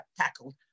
tackled